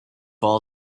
all